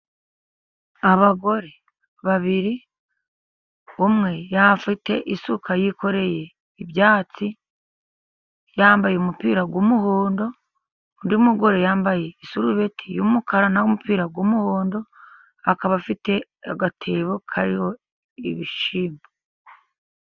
Abagore babiri, umwe yari afite isuka yikoreye ibyatsi yambaye umupira w'umuhondo, undi mugore yambaye isurubeti y'umukara n'umupira w'umuhondo, akaba afite agatebo kariho ibishyimbo.